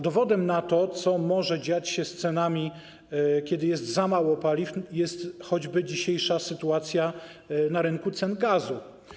Dowodem na to, co może dziać się z cenami, kiedy jest za mało paliw, jest choćby dzisiejsza sytuacja na rynku cen gazu.